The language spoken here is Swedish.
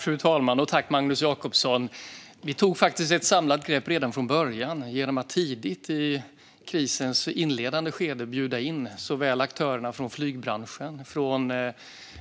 Fru talman! Vi tog faktiskt ett samlat grepp redan från början genom att tidigt i krisens inledande skede bjuda in aktörerna från flygbranschen, från